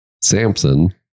samson